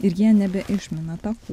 ir jie nebe išmina takų